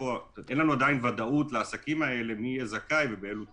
אין לנו עדיין ודאות לעסקים האלה מי יהיה זכאי ובאלו תנאים.